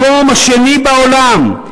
מקום שני בעולם.